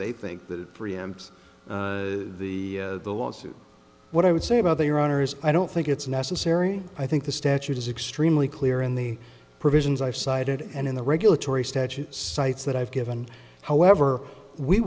they think that preempt the lawsuit what i would say about their owners i don't think it's necessary i think the statute is extremely clear in the provisions i've cited and in the regulatory statutes cites that i've given however we